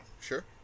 sure